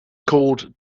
called